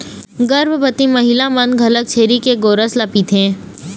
गरभबती marketing मन घलोक छेरी के गोरस ल पिथें